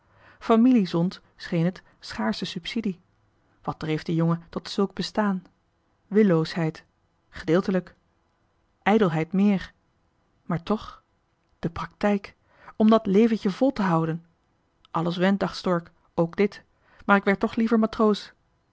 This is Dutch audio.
familie zond scheen het schaarsche subsidie wat dreef den jongen tot zulk bestaan willoosheid gedeeltelijk ijdelheid meer maar toch de praktijk om dat leventje vol te houden alles went dacht stork ook dit maar ik werd toch liever matroos